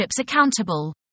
accountable